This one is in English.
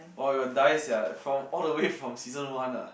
!wah! we will die sia from all the way from season one ah